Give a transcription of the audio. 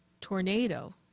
tornado